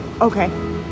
Okay